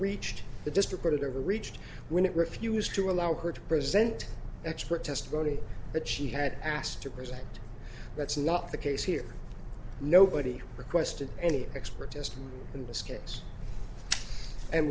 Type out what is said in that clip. overreached the distributor reached when it refused to allow her to present expert testimony that she had asked to present that's not the case here nobody requested any expert testimony in this case and